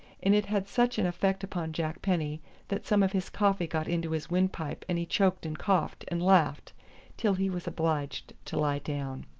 and it had such an effect upon jack penny that some of his coffee got into his windpipe and he choked and coughed and laughed till he was obliged to lie down.